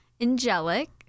angelic